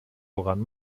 woran